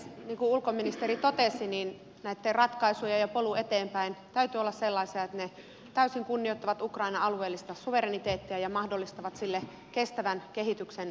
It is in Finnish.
niin kuin ulkoministeri totesi näitten ratkaisujen ja polun eteenpäin täytyy olla sellaisia että ne täysin kunnioittavat ukrainan alueellista suvereniteettia ja mahdollistavat sille kestävän kehityksen suvereenina valtiona